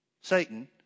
Satan